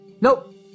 Nope